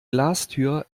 glastür